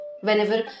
Whenever